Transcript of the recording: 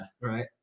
Right